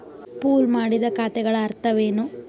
Pool ಮಾಡಿದ ಖಾತೆಗಳ ಅರ್ಥವೇನು?